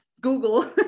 Google